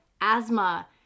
asthma